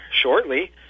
shortly